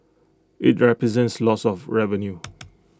IT represents loss of revenue